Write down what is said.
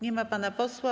Nie ma pana posła.